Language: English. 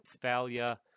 failure